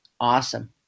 Awesome